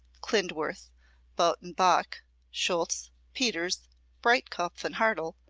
klindworth bote and bock scholtz peters breitkopf and hartel,